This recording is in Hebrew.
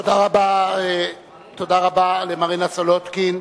תודה רבה למרינה סולודקין.